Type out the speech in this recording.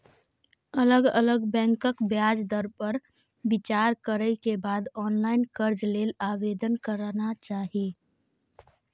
अलग अलग बैंकक ब्याज दर पर विचार करै के बाद ऑनलाइन कर्ज लेल आवेदन करना चाही